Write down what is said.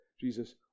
Jesus